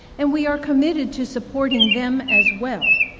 and we are committed to supporting them as well.